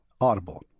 Audible